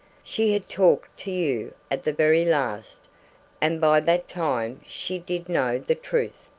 she had talked to you, at the very last and by that time she did know the truth.